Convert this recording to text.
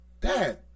Dad